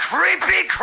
Creepy